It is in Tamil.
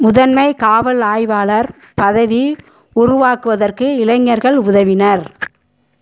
முதன்மை காவல் ஆய்வாளர் பதவி உருவாக்குவதற்கு இளைஞர்கள் உதவினர்